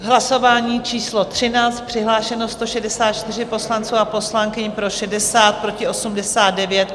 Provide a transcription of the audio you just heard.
Hlasování číslo 13, přihlášeno 164 poslanců a poslankyň, pro 60, proti 89.